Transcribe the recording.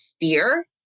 fear